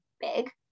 big